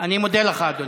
אני מודה לך, אדוני.